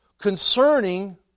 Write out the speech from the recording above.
concerning